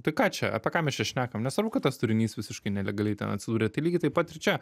tai ką čia apie ką mes čia šnekam nesvarbu kad tas turinys visiškai nelegaliai ten atsidūrė tai lygiai taip pat ir čia